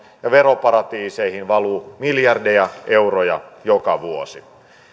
veroparatiiseihin valuu miljardeja euroja joka vuosi